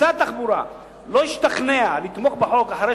משרד התחבורה לא ישתכנע לתמוך בחוק אחרי